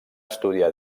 estudiar